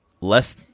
less